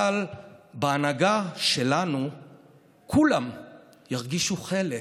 אבל בהנהגה שלנו כולם ירגישו חלק.